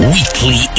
Weekly